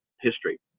history